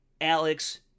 Alex